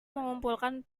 mengumpulkan